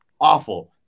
Awful